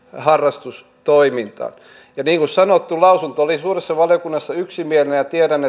harrastustoimintaan niin kuin sanottu lausunto oli suuressa valiokunnassa yksimielinen tiedän